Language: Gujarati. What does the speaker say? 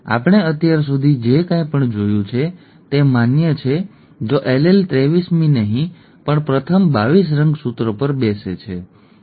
આપણે અત્યાર સુધી જે કંઈ પણ જોયું છે તે માન્ય છે જો એલીલ 23મી નહીં પણ પ્રથમ 22 રંગસૂત્રો પર બેસે છે